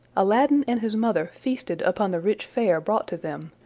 aladdin and his mother feasted upon the rich fare brought to them,